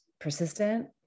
persistent